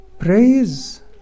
Praise